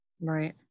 Right